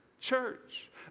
church